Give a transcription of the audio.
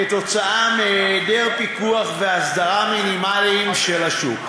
כתוצאה מהיעדר פיקוח והסדרה מינימליים של השוק.